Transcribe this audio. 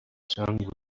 song